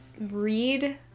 read